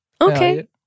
Okay